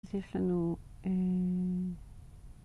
אז יש לנו אהה..